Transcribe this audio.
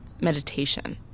Meditation